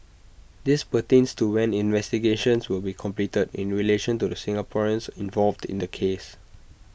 this pertains to when investigations will be completed in relation to the Singaporeans involved in the case